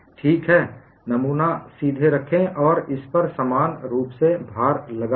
ठीक है नमूना सीधे रखें और इस पर समान रूप से भार लगाएं